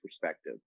perspective